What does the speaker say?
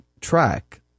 track